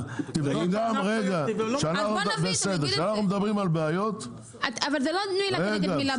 כשאנחנו מדברים על בעיות --- אבל זה לא מילה נגד מילה,